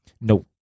No